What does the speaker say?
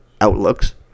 outlooks